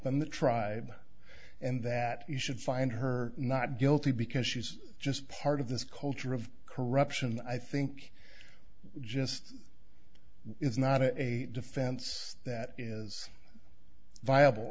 in the tribe and that you should find her not guilty because she's just part of this culture of corruption i think just is not a defense that is viable